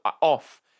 off